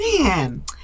man